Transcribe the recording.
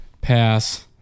Pass